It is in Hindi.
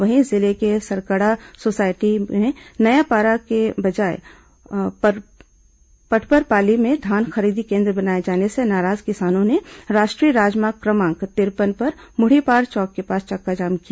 वहीं जिले के सरकडा सोसायटी में नयापारा के बजाय पटपरपाली में धान खरीदी केन्द्र बनाए जाने से नाराज किसानों ने राष्ट्रीय राजमार्ग क्रमांक तिरपन पर मुढ़ीपार चौक के पास चक्काजाम किया